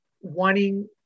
wanting